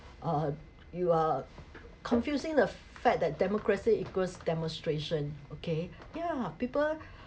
uh you are confusing the fact that democracy equals demonstration okay yeah people